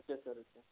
अच्छा सर अच्छा